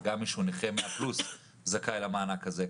וגם מי שהוא נכה 100% פלוס זכאי למענק הזה.